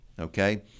okay